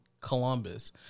Columbus